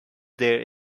there